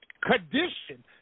condition